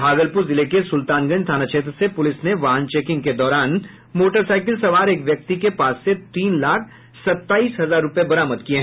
भागलपुर जिले के सुल्तानगंज थाना क्षेत्र से पुलिस ने वाहन चेकिंग के दौरान मोटरसाईकिल सवार एक व्यक्ति के पास से तीन लाख सत्ताईस हजार रुपये बरामद किये